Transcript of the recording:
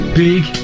big